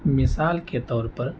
مثال کے طور پر